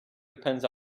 depends